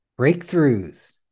Breakthroughs